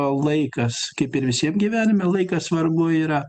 laikas kaip ir visiem gyvenime laikas svarbu yra